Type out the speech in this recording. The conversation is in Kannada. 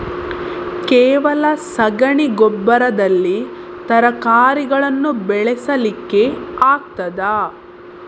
ಕೇವಲ ಸಗಣಿ ಗೊಬ್ಬರದಲ್ಲಿ ತರಕಾರಿಗಳನ್ನು ಬೆಳೆಸಲಿಕ್ಕೆ ಆಗ್ತದಾ?